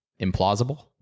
implausible